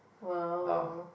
!wow!